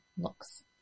looks